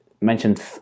mentioned